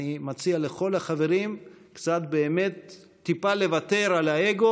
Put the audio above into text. ואני מציע לכל החברים טיפה לוותר על האגו